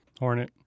hornet